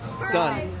Done